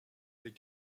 les